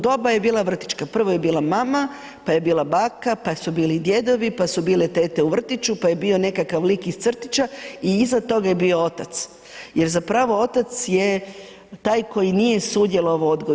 Doba je bila vrtićka, prvo je bila mama, pa je bila baka pa su bili djedovi, pa su bile tete u vrtiću, pa je bio nekakav lik iz crtića i iza toga je bio otac jer zapravo otac je taj koji nije sudjelovao u odgoju.